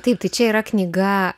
taip tai čia yra knyga